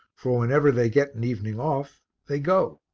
for whenever they get an evening off they go.